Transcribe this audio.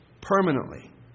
permanently